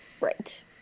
right